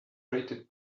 rated